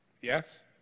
yes